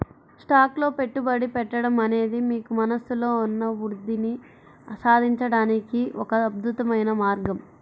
stocks లో పెట్టుబడి పెట్టడం అనేది మీకు మనస్సులో ఉన్న వృద్ధిని సాధించడానికి ఒక అద్భుతమైన మార్గం